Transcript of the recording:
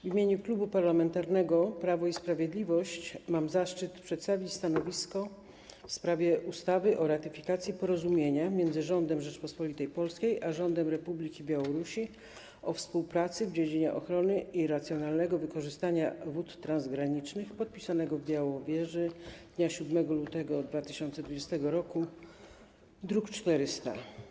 W imieniu Klubu Parlamentarnego Prawo i Sprawiedliwość mam zaszczyt przedstawić stanowisko w sprawie ustawy o ratyfikacji Porozumienia między Rządem Rzeczypospolitej Polskiej a Rządem Republiki Białorusi o współpracy w dziedzinie ochrony i racjonalnego wykorzystania wód transgranicznych, podpisanego w Białowieży dnia 7 lutego 2020 r., druk nr 400.